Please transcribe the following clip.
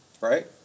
right